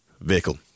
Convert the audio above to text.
vehicle